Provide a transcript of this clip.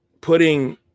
Putting